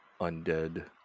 undead